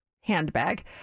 handbag